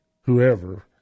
whoever